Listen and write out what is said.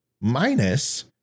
minus